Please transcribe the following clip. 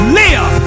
live